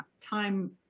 Time